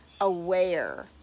aware